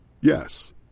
Yes